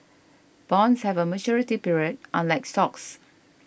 bonds have a maturity period unlike stocks